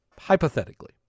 hypothetically